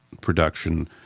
production